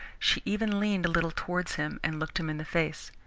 she even leaned a little towards him and looked him in the face.